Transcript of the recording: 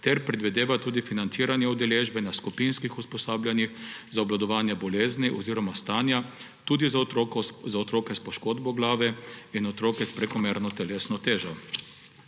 ter predvideva tudi financiranje udeležbe na skupinskih usposabljanjih za obvladovanje bolezni oziroma stanja tudi za otroke s poškodbo glave in otroke s prekomerno telesno težo.